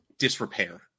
disrepair